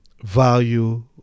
value